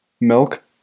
milk